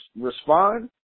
respond